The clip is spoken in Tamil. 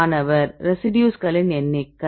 மாணவர் ரெசிடியூஸ்களின் எண்ணிக்கை